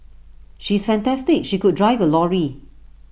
she is fantastic she could drive A lorry